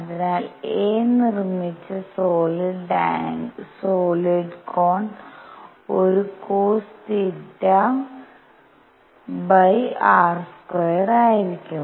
അതിനാൽ a നിർമ്മിച്ച solid cone ഒരു cosθ r² ആയിരിക്കും